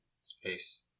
Space